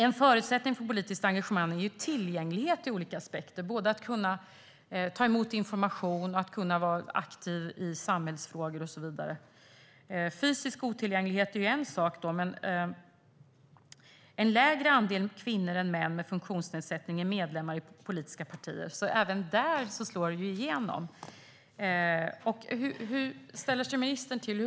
En förutsättning för politiskt engagemang är tillgänglighet ur olika aspekter. Det handlar om att kunna ta emot information och att kunna vara aktiv i samhällsfrågor och så vidare. Fysisk otillgänglighet är en sak. En mindre andel kvinnor än män med funktionsnedsättning är medlemmar i politiska partier. Även där slår det alltså igenom. Hur ställer sig ministern till det?